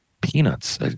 Peanuts